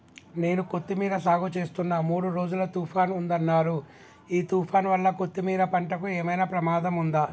నేను కొత్తిమీర సాగుచేస్తున్న మూడు రోజులు తుఫాన్ ఉందన్నరు ఈ తుఫాన్ వల్ల కొత్తిమీర పంటకు ఏమైనా ప్రమాదం ఉందా?